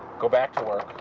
go back to work,